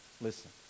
Listen